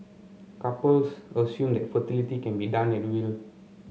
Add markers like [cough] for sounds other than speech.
couples assume that fertility can be done at [unintelligible]